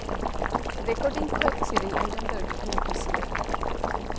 recording ᱠᱷᱚᱱ ᱥᱮᱨᱮᱧ ᱟᱸᱡᱚᱢ ᱫᱚ ᱟᱸᱰᱤᱴᱟᱧ ᱠᱩᱥᱤᱭᱟᱜᱼᱟ